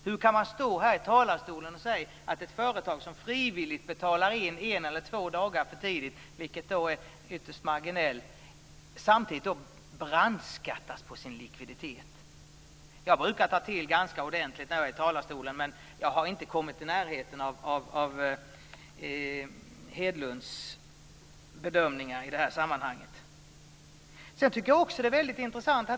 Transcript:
Hur kan man stå här i talarstolen och säga att ett företag som frivilligt betalar in en eller två dagar för tidigt, vilket är ytterst marginellt, samtidigt brandskattas på sin likviditet? Jag brukar ta till ganska ordentligt när jag är i talarstolen, men jag har inte kommit i närheten av Hedlunds bedömningar i det här sammanhanget. En annan sak är också väldigt intressant.